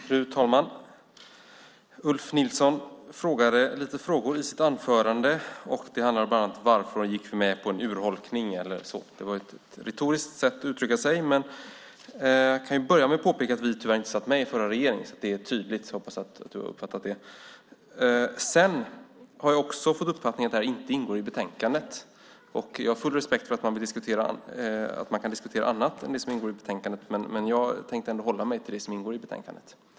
Fru talman! Ulf Nilsson ställde lite frågor i sitt anförande. Det handlade bland annat om varför man gick med på en urholkning. Det var ju ett retoriskt sätt att uttrycka sig. Jag kan börja med att påpeka att vi tyvärr inte satt med i den förra regeringen. Jag hoppas att Ulf Nilsson har uppfattat det. Sedan har jag också fått uppfattningen att det här inte ingår i betänkandet. Jag har full respekt för att man kan diskutera annat än det som ingår i betänkandet, men jag tänkte ändå hålla mig till det som ingår i betänkandet.